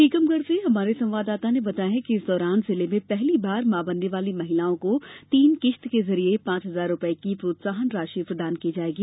टीकमगढ से हमारे संवाददाता ने बताया है कि इस दौरान जिले में पहली बार मां बनने वाली महिलाओ को तीन किस्त के जरिए पांच हजार रूपये की प्रोत्साहन राषि प्रदान की जायेगी